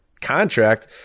contract